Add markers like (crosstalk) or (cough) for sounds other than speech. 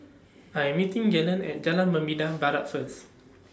(noise) I Am meeting Gaylon At Jalan Membina Barat First